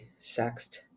sext